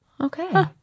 Okay